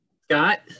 Scott